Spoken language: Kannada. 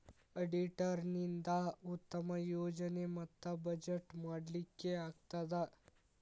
ಅಡಿಟರ್ ನಿಂದಾ ಉತ್ತಮ ಯೋಜನೆ ಮತ್ತ ಬಜೆಟ್ ಮಾಡ್ಲಿಕ್ಕೆ ಆಗ್ತದ